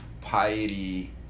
piety